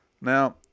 Now